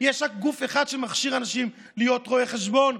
יש רק גוף אחד שמכשיר אנשים להיות רואי חשבון,